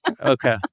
Okay